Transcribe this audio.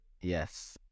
Yes